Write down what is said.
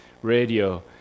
radio